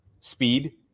speed